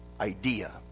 idea